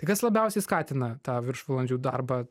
tai kas labiausiai skatina tą viršvalandžių darbą